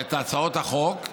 את הצעות החוק.